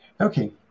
Okay